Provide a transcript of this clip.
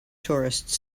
tourists